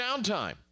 downtime